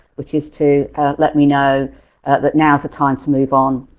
which is to let me know that now's the time to move on,